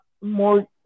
more